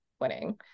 winning